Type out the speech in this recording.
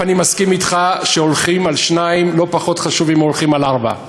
אני מסכים אתך שהולכים על שניים לא פחות חשובים מהולכים על ארבע.